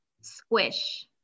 squish